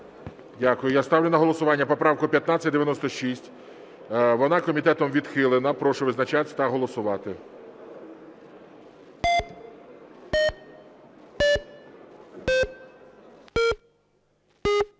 Дякую. Я ставлю на голосування поправку 1596. Вона комітетом відхилена. Прошу визначатись та голосувати.